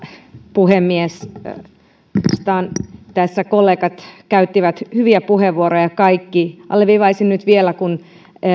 puhemies oikeastaan tässä kollegat käyttivät kaikki hyviä puheenvuoroja alleviivaisin nyt vielä kun